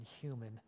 human